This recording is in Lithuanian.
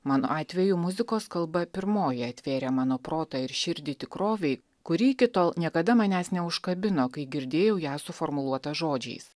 mano atveju muzikos kalba pirmoji atvėrė mano protą ir širdį tikrovei kuri iki tol niekada manęs neužkabino kai girdėjau ją suformuluotą žodžiais